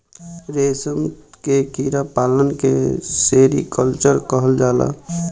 रेशम के कीड़ा पालन के सेरीकल्चर कहल जाला